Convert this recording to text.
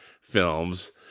films